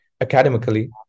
academically